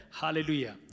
hallelujah